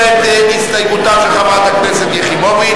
תמיכות בענפי המשק (עידוד עסקים קטנים,